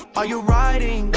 are you riding?